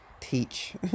teach